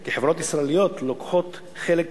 כי חברות ישראליות לוקחות חלק